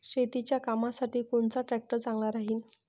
शेतीच्या कामासाठी कोनचा ट्रॅक्टर चांगला राहीन?